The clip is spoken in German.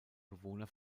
bewohner